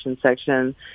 section